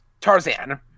Tarzan